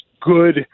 good